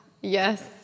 yes